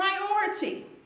priority